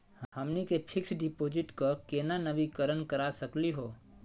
हमनी के fix deposit क केना नवीनीकरण करा सकली हो?